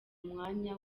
umwanya